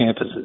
campuses